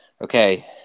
Okay